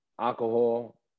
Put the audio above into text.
alcohol